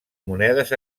monedes